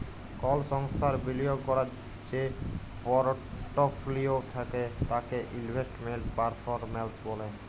call সংস্থার বিলিয়গ ক্যরার যে পরটফলিও থ্যাকে তাকে ইলভেস্টমেল্ট পারফরম্যালস ব্যলে